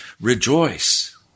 rejoice